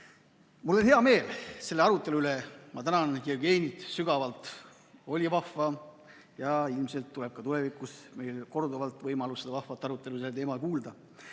Mul on hea meel selle arutelu üle. Ma tänan Jevgenit sügavalt. Oli vahva ja ilmselt tuleb ka tulevikus meil korduvalt võimalus vahvat arutelu sellel teemal